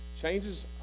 changes